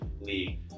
league